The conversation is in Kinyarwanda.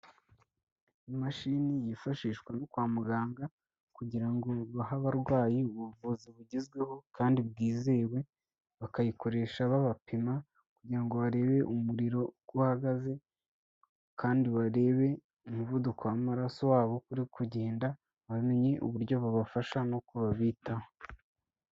Imashini yifashishwa no kwa muganga kugira ngo bahe abarwayi ubuvuzi bugezweho kandi bwizewe, bakayikoresha babapima kugira ngo barebe umuriro uko uhagaze kandi barebe umuvuduko w'amaraso wabo uko uri kugenda, bamenye uburyo babafasha n'uko babitaho.